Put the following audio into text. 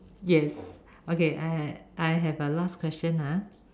yes okay I I have a last question ah